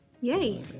Yay